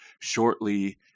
shortly